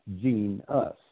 gene-us